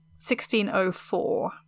1604